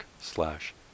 slash